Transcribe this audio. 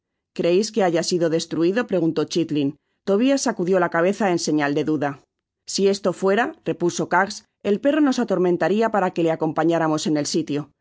creéis que haya sido destruido preguntó chilling tobias sacudió la cabeza en señal de duda content from google book search generated at si esto fuera repuso kags el perro nos atormentaria para que le acompañáramos en el sitio creo